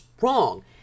wrong